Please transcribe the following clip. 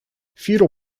feudal